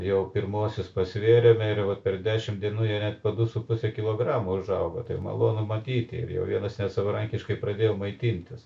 jau pirmuosius pasvėrėme ir vat per dešim dienų jie net po du su puse kilogramo užaugo taip malonu matyti ir jau vienas savarankiškai pradėjo maitintis